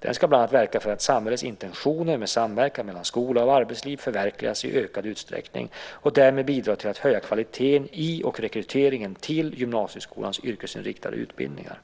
Den ska bland annat verka för att samhällets intentioner med samverkan mellan skola och arbetsliv förverkligas i ökad utsträckning och därmed bidrar till att höja kvaliteten i och rekryteringen till gymnasieskolans yrkesinriktade utbildningar.